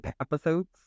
episodes